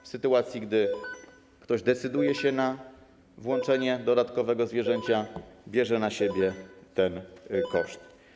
Wtedy, gdy ktoś decyduje się na włączenie dodatkowego zwierzęcia, bierze na siebie ten koszt.